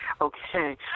okay